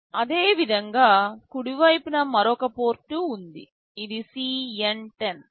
అదేవిధంగా కుడి వైపున మరొక పోర్ట్ ఉంది ఇది CN10